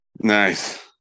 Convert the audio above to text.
Nice